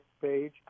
page